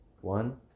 One